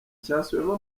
cyasubiyemo